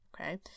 Okay